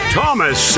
Thomas